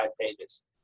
pages